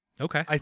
Okay